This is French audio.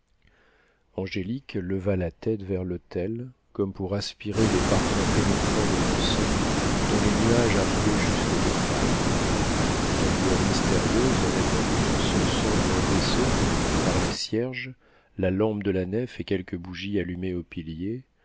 angélique leva la tête vers l'autel comme pour aspirer les parfums pénétrants de l'encens dont les nuages arrivaient jusqu'aux deux femmes a la lueur mystérieuse répandue dans ce sombre vaisseau par les cierges la lampe de la nef et quelques bougies allumées aux piliers